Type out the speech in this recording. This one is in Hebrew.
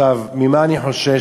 ממה אני חושש?